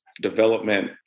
development